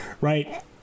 right